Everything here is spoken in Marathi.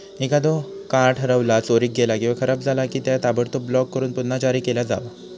एखादो कार्ड हरवला, चोरीक गेला किंवा खराब झाला की, त्या ताबडतोब ब्लॉक करून पुन्हा जारी केला जावा